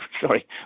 sorry